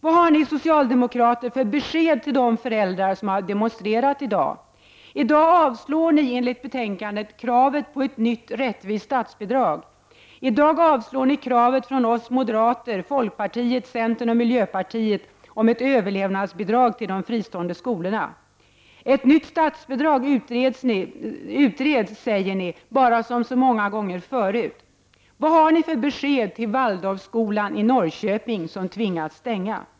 Vad har nu ni socialdemokrater för besked till de föräldrar som har demonstrerat i dag? I dag avslår ni enligt betänkandet kravet på ett nytt rättvist statsbidrag. I dag avslår ni kravet från oss moderater, folkpartiet, centern och miljöpartiet på ett överlevnadsbidrag till de fristående skolorna. Ett nytt statsbidrag utreds säger ni bara, som så många gånger tidigare. Vad har ni för besked till Waldorfskolan i Norrköping som tvingas stänga?